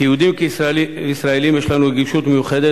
כיהודים וכישראלים יש לנו רגישות מיוחדת